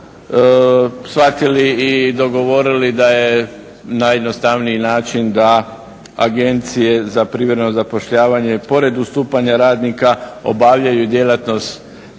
shvatili i dogovorili da je najjednostavniji način da agencije za privremeno zapošljavanje pored ustupanja radnika obavljaju djelatnost